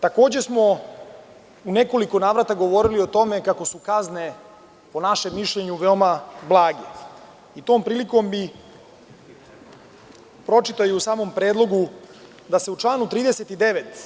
Takođe smo u nekoliko navrata govorili o tome kako su kazne, po našem mišljenju, veoma blage i ovom prilikom bih pročitao i u samom predlogu da se u članu 39.